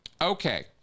Okay